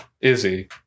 Izzy